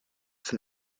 von